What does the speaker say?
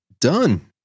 done